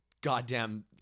goddamn